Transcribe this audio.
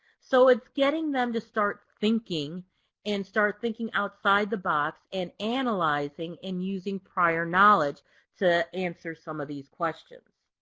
so it's getting them to start thinking and start thinking outside the box and analyzing and using prior knowledge to answer some of these questions.